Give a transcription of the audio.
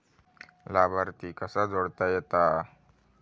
लाभार्थी कसा जोडता येता?